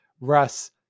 Russ